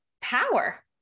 power